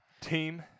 Team